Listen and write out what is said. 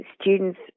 students